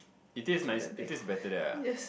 it tastes nice it tastes better there ah